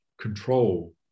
control